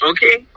Okay